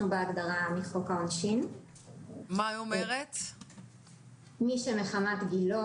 הבהרנו שמי שמסיים את הבידוד,